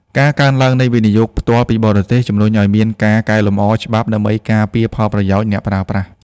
ការកើនឡើងនៃ វិនិយោគផ្ទាល់ពីបរទេស ជម្រុញឱ្យមានការកែលម្អច្បាប់ដើម្បីការពារផលប្រយោជន៍អ្នកប្រើប្រាស់។